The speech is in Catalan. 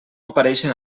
apareixen